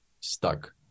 stuck